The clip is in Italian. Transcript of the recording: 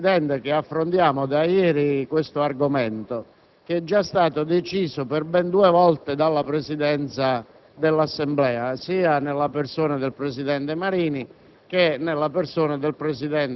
È la terza volta da ieri, Presidente, che affrontiamo questo argomento, che è già stato deciso, per ben due volte, dalla Presidenza dell'Assemblea, sia nella persona del presidente Marini